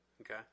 Okay